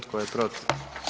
Tko je protiv?